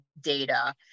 data